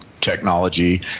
technology